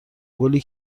گلی